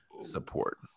support